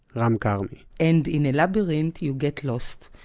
ram karmi and in a labyrinth you get lost.